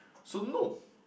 so no